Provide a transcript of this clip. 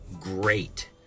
great